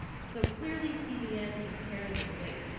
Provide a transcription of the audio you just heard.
so clearly cbn is carrying its weight.